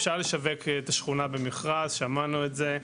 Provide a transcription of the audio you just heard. אפשר לשווק את השכונה במכרז, שמענו את זה.